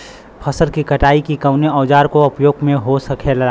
फसल की कटाई के लिए कवने औजार को उपयोग हो खेला?